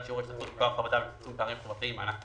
שיעור ההשתתפות בכוח העבודה ולצמצום פערים חברתיים (מענק עבודה),